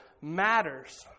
matters